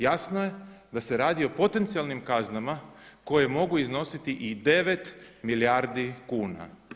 Jasno je da se radi o potencijalnim kaznama koje mogu iznositi i 9 milijardi kuna.